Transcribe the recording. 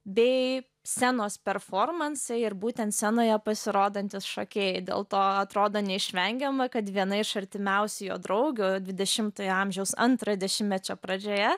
bei scenos performansai ir būtent scenoje pasirodantys šokėjai dėl to atrodo neišvengiama kad viena iš artimiausių jo draugių dvidešimtojo amžiaus antrojo dešimtmečio pradžioje